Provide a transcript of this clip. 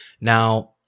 Now